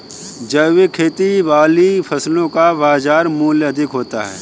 जैविक खेती वाली फसलों का बाजार मूल्य अधिक होता है